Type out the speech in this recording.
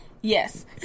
Yes